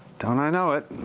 don't i know it.